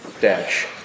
Dash